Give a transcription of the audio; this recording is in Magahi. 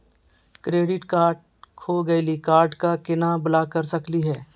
क्रेडिट कार्ड खो गैली, कार्ड क केना ब्लॉक कर सकली हे?